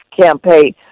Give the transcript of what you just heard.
campaign